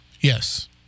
Yes